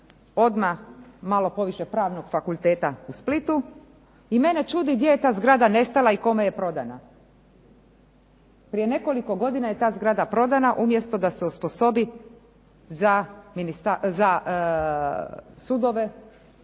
odmah malo poviše Pravnog fakulteta u Splitu i mene čudi gdje je ta zgrada nestala i kome je prodana. Prije nekoliko godina je ta zgrada prodana umjesto da se osposobi za sudove